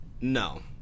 No